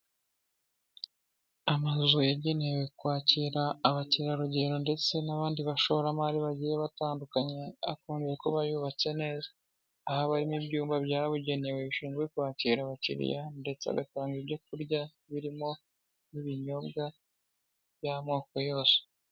Amazu yagenewe kwakira abakerarugendo ndetse n'abandi bashoramari bagiye batandukanye akunze kuba yubatse neza, aho aba arimo ibyumba byabugenewe bishinzwe kwakira abakiriya ndetse agatanga ibyo kurya birimo n'ibinyobwa by'amoko yose.